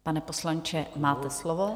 Pane poslanče, máte slovo.